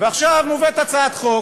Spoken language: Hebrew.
ועכשיו מובאת הצעת חוק